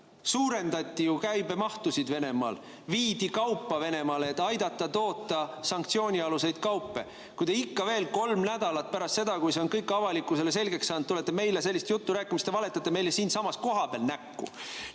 Suurendati ju käibemahtusid Venemaal, viidi kaupa Venemaale, et aidata toota sanktsioonialuseid kaupu. Kui te ikka veel, kolm nädalat pärast seda, kui see on kõik avalikkusele selgeks saanud, tulete meile sellist juttu rääkima, siis te valetate meile siinsamas kohapeal näkku. Mis